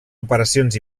operacions